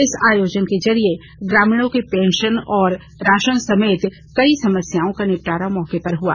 इस आयोजन के जरिए ग्रामीणों की पेंशन और राशन समेत कई समस्याओं का निपटारा मौके पर हुआ